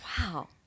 Wow